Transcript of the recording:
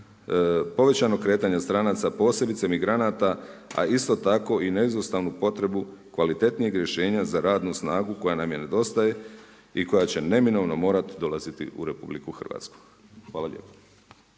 povećanog kretanja stranaca posebice migranata, a isto tako i neizostavno potrebu kvalitetnijeg rješenja za radnu snagu koja nam nedostaje i koja će neminovno morati dolaziti u RH. Hvala lijepo.